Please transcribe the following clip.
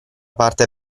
parte